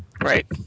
Right